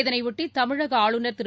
இதனையொட்டி தமிழகஆளுநர் திரு